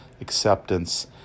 acceptance